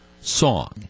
song